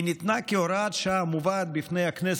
היא ניתנה כהוראת שעה המובאת בפני הכנסת,